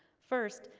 first,